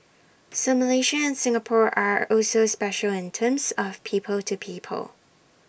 so Malaysia and Singapore are also special in terms of people to people